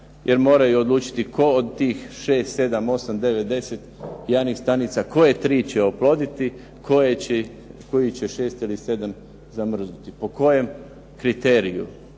Jer moraju odlučiti tko od tih 6,7,8,9,10 jajnih stanica, koje tri će oploditi, kojih će 6 ili 7 zamrznuti, po kojem kriteriju.